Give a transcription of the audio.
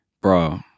bro